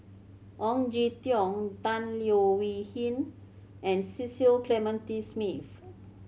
Ong Jin Teong Tan Leo Wee Hin and Cecil Clementi Smith